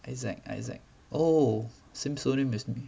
issac issac oh